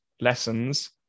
lessons